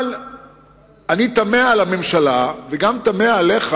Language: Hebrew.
אבל אני תמה על הממשלה וגם תמה עליך,